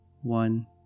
one